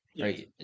Right